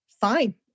Fine